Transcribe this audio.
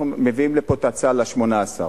אנחנו מביאים לפה את ההצעה על ה-18,